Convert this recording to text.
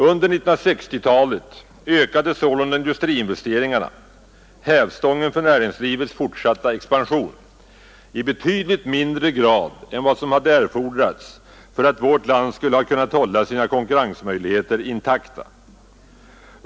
Under 1960-talet ökade industriinvesteringarna — hävstången för näringslivets fortsatta expansion — i betydligt mindre grad än vad som hade fordrats för att vårt land skulle ha kunnat hålla sina konkurrensmöjligheter intakta.